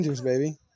baby